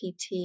PT